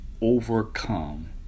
overcome